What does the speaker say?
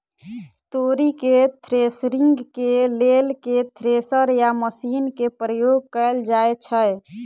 तोरी केँ थ्रेसरिंग केँ लेल केँ थ्रेसर या मशीन केँ प्रयोग कैल जाएँ छैय?